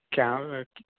കേമറാക്കി